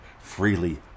freely